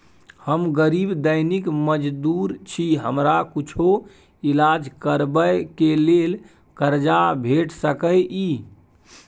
हम गरीब दैनिक मजदूर छी, हमरा कुछो ईलाज करबै के लेल कर्जा भेट सकै इ?